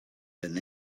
than